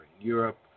Europe